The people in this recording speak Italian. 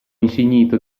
insignito